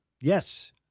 Yes